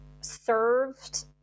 served